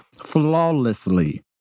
flawlessly